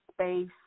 space